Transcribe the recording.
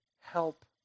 help